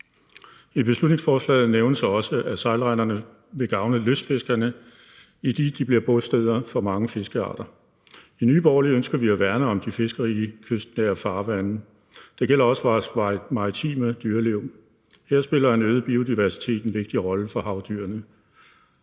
I beslutningsforslaget nævnes også, at sejlrenderne vil gavne lystfiskerne, idet de bliver bosteder for mange fiskearter. I Nye Borgerlige ønsker vi at værne om de fiskerige kystnære farvande. Det gælder også vores maritime dyreliv. Her spiller en øget biodiversitet en vigtig rolle for havdyrene.